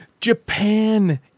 Japan